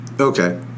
Okay